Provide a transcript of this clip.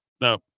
no